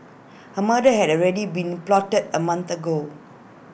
A murder had already been plotted A month ago